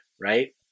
right